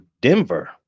Denver